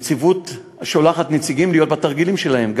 הנציבות שולחת נציגים להיות בתרגילים שלהם,